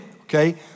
okay